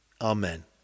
Amen